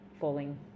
falling